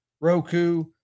Roku